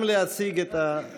וגם להציג את החוק.